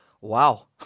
wow